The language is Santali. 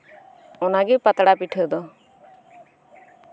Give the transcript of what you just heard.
ᱚᱱᱟᱜᱮ ᱯᱟᱛᱲᱟ ᱯᱤᱴᱷᱟᱹ ᱫᱚ